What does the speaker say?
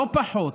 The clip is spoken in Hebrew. לא פחות,